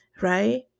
right